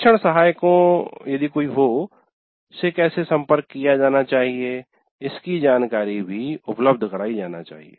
शिक्षण सहायकों यदि कोई हो से कैसे संपर्क किया जाना चाहिए इसकी जानकारी भी उपलब्ध कराई जानी चाहिए